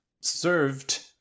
served